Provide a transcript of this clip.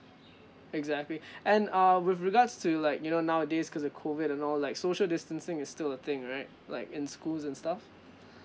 exactly and uh with regards to like you know nowadays cause of COVID and all like social distancing is still a thing right like in schools and stuff